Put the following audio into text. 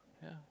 yeah